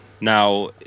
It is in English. Now